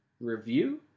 review